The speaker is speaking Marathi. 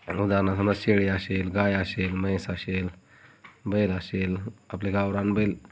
उदाहरणार्थ मग शेळी असेल गाय अशेल म्हैस असेल बैल असेल आपल्या गावरान बैल